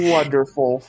Wonderful